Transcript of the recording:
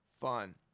fun